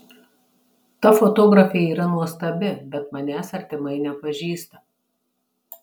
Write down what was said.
ta fotografė yra nuostabi bet manęs artimai nepažįsta